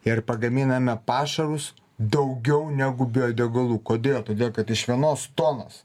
ir pagaminame pašarus daugiau negu biodegalų kodėl todėl kad iš vienos tonos